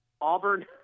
Auburn